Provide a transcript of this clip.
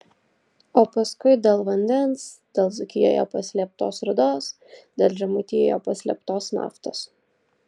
o paskui dėl vandens dėl dzūkijoje paslėptos rūdos dėl žemaitijoje paslėptos naftos